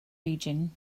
region